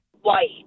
White